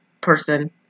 person